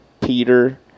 Peter